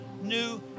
new